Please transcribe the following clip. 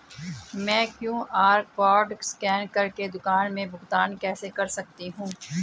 मैं QR code scan कर के दुकान में भुगतान कैसे कर सकती हूँ?